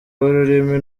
y’ururimi